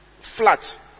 flat